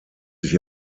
sich